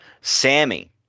Sammy